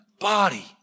body